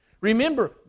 Remember